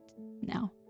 now